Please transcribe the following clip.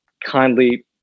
kindly